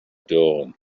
dawn